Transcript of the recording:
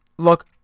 Look